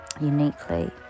uniquely